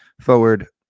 forward